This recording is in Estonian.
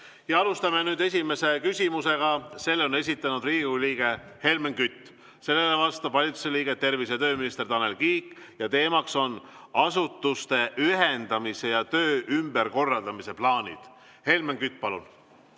Alustame nüüd esimese küsimusega. Selle on esitanud Riigikogu liige Helmen Kütt, sellele vastab valitsuse liige, tervise‑ ja tööminister Tanel Kiik ning teemaks on asutuste ühendamise ja töö ümberkorraldamise plaanid. Helmen Kütt, palun!